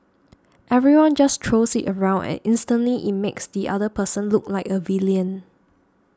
everyone just throws it around and instantly it makes the other person look like a villain